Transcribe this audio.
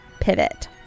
pivot